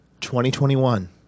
2021